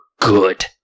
good